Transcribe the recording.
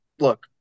look